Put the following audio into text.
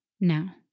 Now